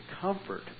comfort